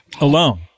Alone